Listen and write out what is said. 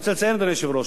אדוני היושב-ראש,